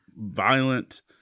violent